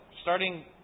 starting